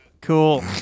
Cool